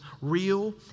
real